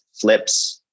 flips